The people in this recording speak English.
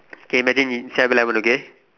okay imagine in seven-eleven okay